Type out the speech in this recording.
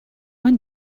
one